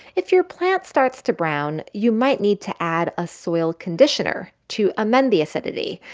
if your plant starts to brown, you might need to add a soil conditioner to amend the acidity.